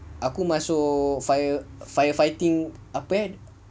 aku masuk fire fire fighting apa eh